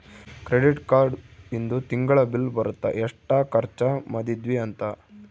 credit card ಇಂದು ತಿಂಗಳ bill ಬರುತ್ತ ಎಸ್ಟ ಖರ್ಚ ಮದಿದ್ವಿ ಅಂತ